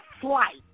flight